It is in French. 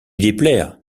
déplaire